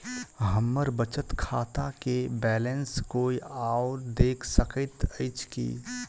हम्मर बचत खाता केँ बैलेंस कोय आओर देख सकैत अछि की